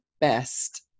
best